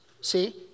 See